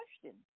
question